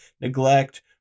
neglect